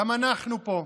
גם אנחנו פה.